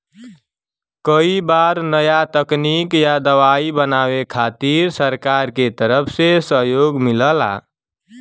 कई बार नया तकनीक या दवाई बनावे खातिर सरकार के तरफ से सहयोग मिलला